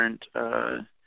different